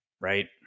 right